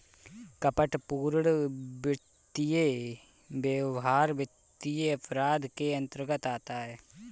कपटपूर्ण वित्तीय व्यवहार वित्तीय अपराध के अंतर्गत आता है